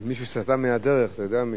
מי שסטה מהדרך זה גם,